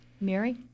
Mary